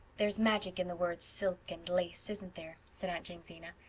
there's magic in the words silk and lace, isn't there? said aunt jamesina.